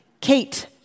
Kate